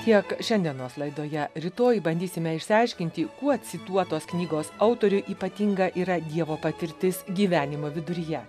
tiek šiandienos laidoje rytoj bandysime išsiaiškinti kuo cituotos knygos autoriui ypatinga yra dievo patirtis gyvenimo viduryje